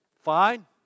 Fine